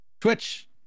Twitch